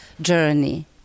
journey